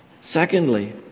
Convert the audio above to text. Secondly